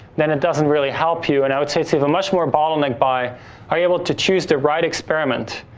then it doesn't really help you. and i would say it's even much more bottlenecked by are you able to choose the right experiment?